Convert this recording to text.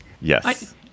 Yes